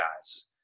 guys